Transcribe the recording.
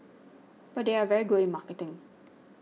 but they are very good in marketing